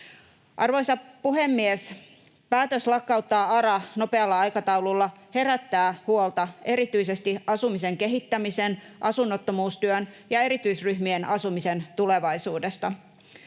Arvoisa puhemies! Päätös lakkauttaa ARA nopealla aikataululla herättää huolta erityisesti asumisen kehittämisen, asunnottomuustyön ja erityisryhmien asumisen tulevaisuudesta.